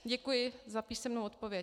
Děkuji za písemnou odpověď.